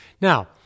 Now